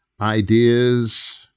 ideas